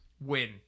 Win